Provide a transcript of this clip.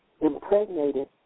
Impregnated